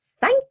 Thank